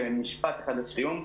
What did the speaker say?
משפט אחד לסיום.